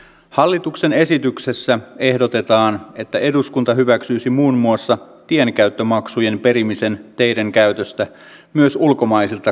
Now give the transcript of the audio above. hallituksen esityksessä ehdotetaan että eduskunta hyväksyisi muun muassa tienkäyttömaksujen perimisen teiden käytöstä myös ulkomaisilta kuljetusyrittäjiltä